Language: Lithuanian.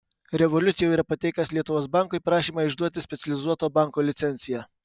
revolut jau yra pateikęs lietuvos bankui prašymą išduoti specializuoto banko licenciją